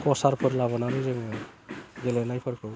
कचारफोर लाबोनानै जोङो गेलेनायफोरखौ